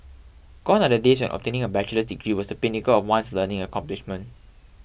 gone are the days obtaining a bachelor degree was the pinnacle of one's learning accomplishment